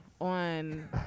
on